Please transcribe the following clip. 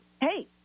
hey